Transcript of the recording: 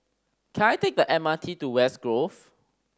can I take the M R T to West Grove